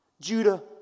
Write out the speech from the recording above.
Judah